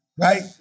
right